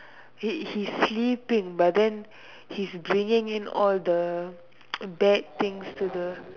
he he's sleeping but then he's bringing in all the bad things to the